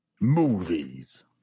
movies